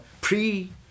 pre-